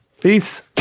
Peace